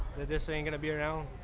this ain't gonna be around.